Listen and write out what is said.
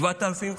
7,000,